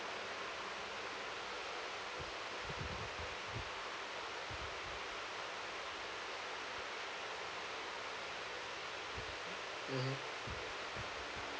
mmhmm